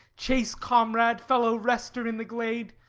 chase-comrade, fellow-rester in the glade,